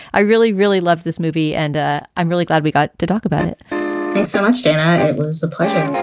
i really, really love this movie, and ah i'm really glad we got to talk about it thanks so much, dana. it was a pleasure.